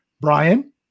Brian